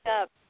up